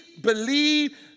believe